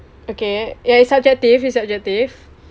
okay ya it's subjective it's subjective